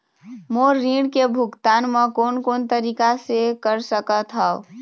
मोर ऋण के भुगतान म कोन कोन तरीका से कर सकत हव?